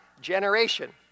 generation